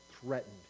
threatened